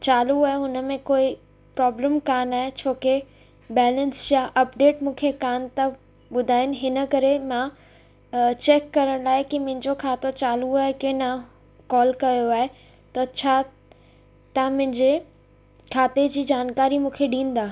चालू आहे हुन में कोई प्रोब्लम कोन आहे छोकी बैलेंस जा अपडेट मूंखे कोन था ॿुधाइनि हिन करे मां चैक करण लाइ की मुंहिंजो खातो चालू आहे की न कॉल कयो आहे त छा तव्हां मुंहिंजे खाते जी जानकारी मूंखे ॾींदा